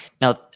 Now